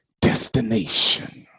destination